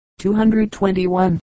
221